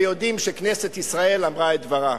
ויודעים שכנסת ישראל אמרה את דברה.